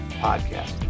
podcast